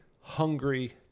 hungry